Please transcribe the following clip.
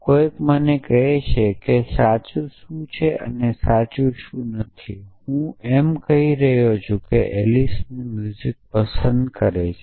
કોઈક મને કહે છે કે સાચું શું છે અને સાચું શું નથી અને હું એમ કહી રહ્યો છું કે એલિસ મ્યુઝિકને પસંદ કરે છે